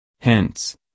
Hence